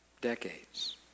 Decades